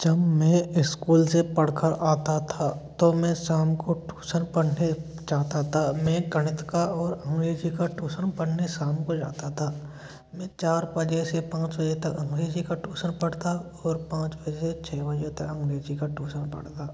जब मैं इस्कूल से पढ़ कर आता था तो मैं शाम को टूसन पढ़ने जाता था मैं गणित का और अंग्रेज़ी का टूसन पढ़ने शाम को जाता था मैं चार बजे से पाँच बजे तक अंग्रेज़ी का टूसन पढ़ता और पाँच बजे से छः बजे तक अंग्रेज़ी का टूसन पढ़ता